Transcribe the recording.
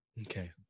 Okay